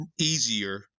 easier